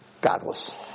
Godless